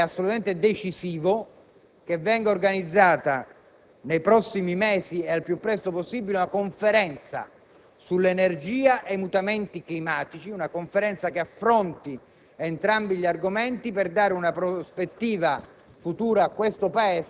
e, da questo punto di vista, è assolutamente decisivo organizzare nei prossimi mesi e al più presto possibile una conferenza sull'energia e sui mutamenti climatici che affronti entrambi gli argomenti al fine di fornire una prospettiva